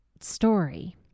story